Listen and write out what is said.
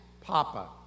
papa